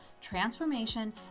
transformation